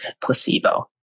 placebo